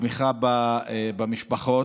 לתמיכה במשפחות,